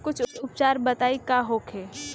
कुछ उपचार बताई का होखे?